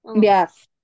yes